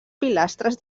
pilastres